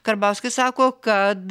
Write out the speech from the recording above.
karbauskis sako kad